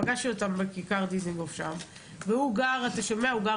פגשתי אותם בכיכר דיזנגוף והוא דרוזי שגר